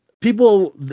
people